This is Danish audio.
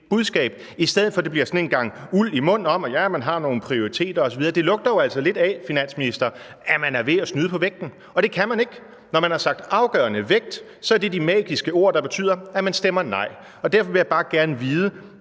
budskab, i stedet for at det bliver sådan en gang uld i mund om, at man har nogle prioriteter osv.? Det lugter jo altså lidt af, finansminister, at man er ved at snyde på vægten, og det kan man ikke. Når man har sagt det med en afgørende vægt, er det de magiske ord, der betyder, at man stemmer nej. Derfor vil jeg bare gerne vide: